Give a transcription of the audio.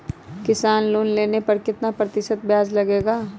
किसान लोन लेने पर कितना प्रतिशत ब्याज लगेगा?